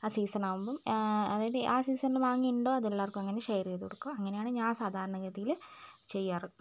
ആ സീസൺ ആവുമ്പം അതായത് ആ സീസണിൽ മാങ്ങ ഉണ്ടോ അത് എല്ലാവർക്കും അങ്ങനെ ഷെയർ ചെയ്തു കൊടുക്കും അങ്ങനെയാണ് ഞാൻ സാധാരണ ഗതിയിൽ ചെയ്യാറ്